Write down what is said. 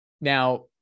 Now